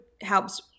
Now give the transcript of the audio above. helps